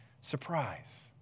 Surprise